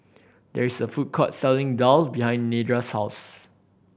there is a food court selling daal behind Nedra's house